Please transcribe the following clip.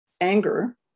anger